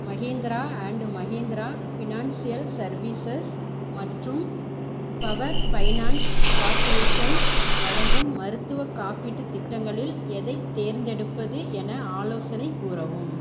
Mahindra and Mahindra Financial Services மற்றும் Power Finance Corporation வழங்கும் மருத்துவக் காப்பீட்டுத் திட்டங்களில் எதைத் தேர்ந்தெடுப்பது என ஆலோசனை கூறவும்